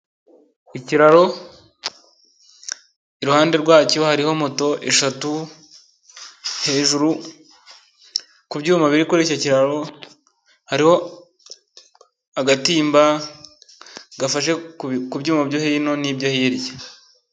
Ikiraro iruhande rwacyo moto eshatu, hejuru kubyuma biri kuriraro, hariho agatimba gafashe kubyuma byo hino n'ibyo hirya.